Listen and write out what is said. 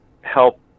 help